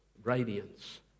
Radiance